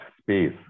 space